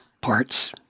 parts